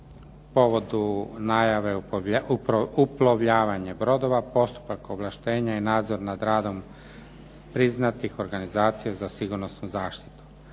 povodu najave uplovljavanje brodova postupak ovlaštenja je nadzor nad radom priznatih organizacija za sigurnosnu zaštitu.